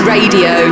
Radio